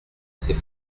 c’est